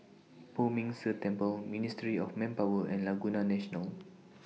Poh Ming Tse Temple Ministry of Manpower and Laguna National